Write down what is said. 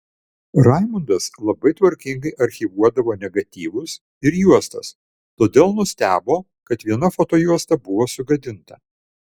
raimundas labai tvarkingai archyvuodavo negatyvus ir juostas todėl nustebo kad viena fotojuosta buvo sugadinta